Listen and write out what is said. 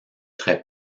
très